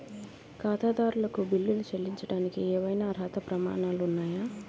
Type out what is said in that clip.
ఖాతాదారులకు బిల్లులు చెల్లించడానికి ఏవైనా అర్హత ప్రమాణాలు ఉన్నాయా?